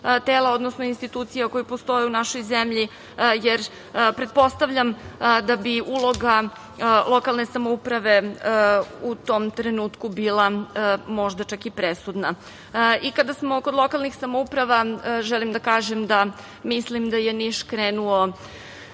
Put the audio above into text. tela odnosno institucija koje postoje u našoj zemlji, jer pretpostavljam da bi uloga lokalne samouprave u tom trenutku bila možda čak i presudna?I kada smo kod lokalnih samouprava, želim da kažem da mislim da je Niš krenuo